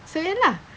so ya lah